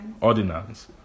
Ordinance